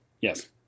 Yes